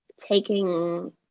taking